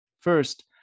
First